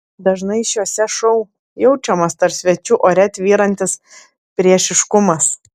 dažnai šiuose šou jaučiamas tarp svečių ore tvyrantis priešiškumas